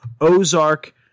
Ozark